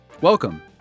welcome